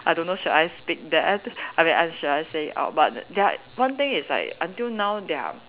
I don't know should I speak that I mean I should I say it out but their one thing is like until now their